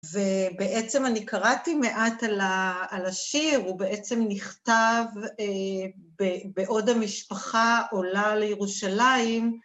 ובעצם אני קראתי מעט על השיר, הוא בעצם נכתב בעוד המשפחה עולה לירושלים.